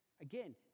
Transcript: Again